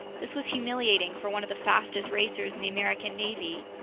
this was humiliating for one of the fastest racers in the american navy.